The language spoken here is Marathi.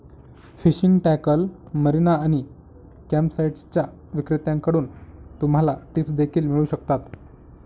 फिशिंग टॅकल, मरीना आणि कॅम्पसाइट्सच्या विक्रेत्यांकडून तुम्हाला टिप्स देखील मिळू शकतात